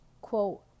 quote